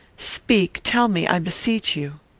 speak! tell me, i beseech you!